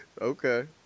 Okay